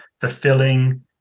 fulfilling